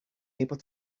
able